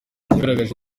yagaragaje